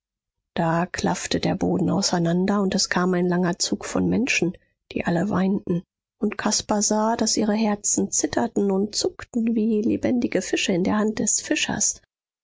da klaffte der boden auseinander und es kam ein langer zug von menschen die alle weinten und caspar sah daß ihre herzen zitterten und zuckten wie lebendige fische in der hand des fischers